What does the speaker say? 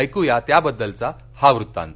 ऐकू या त्याबद्दलचा हा वृत्तांत